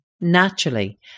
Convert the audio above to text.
naturally